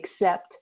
accept